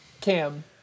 Cam